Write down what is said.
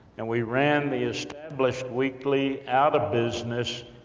and we ran the established weekly out of business,